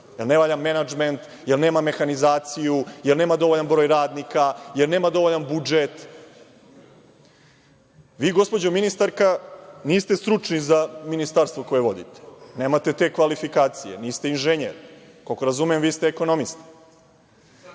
Jer ne valja menadžment, jer nema mehanizaciju, jer nema dovoljan broj radnika, jer nema dovoljan budžet? Vi, gospođo ministarka niste stručni za ministarstvo koje vodite, nemate te kvalifikacije, niste inženjer, koliko razumem vi ste ekonomista. Ono